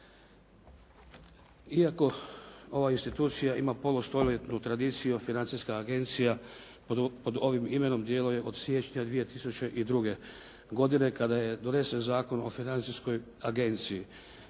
Iako ova institucija ima polustoljetnu tradiciju, Financijska agencija pod ovim imenom djeluje od siječnja 2002. godine kada je donesen Zakon o Financijskoj agenciji